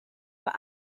were